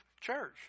church